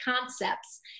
concepts